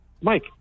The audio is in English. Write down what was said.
Mike